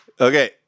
Okay